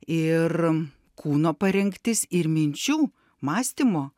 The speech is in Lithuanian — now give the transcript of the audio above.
ir kūno parengtis ir minčių mąstymo